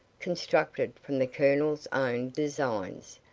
constructed from the colonel's own designs,